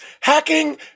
Hacking